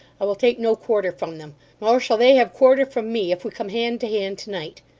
i will take no quarter from them, nor shall they have quarter from me, if we come hand to hand to-night.